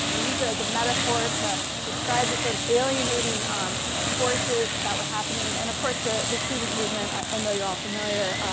used it as a metaphor to describe the sort of alienating um forces that were happening. and of course, the the student movement. i know you're all familiar.